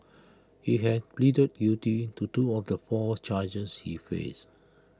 he had pleaded guilty to two of the four charges he faced